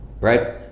right